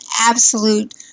absolute